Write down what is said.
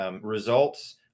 results